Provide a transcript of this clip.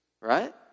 right